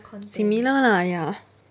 similar lah ya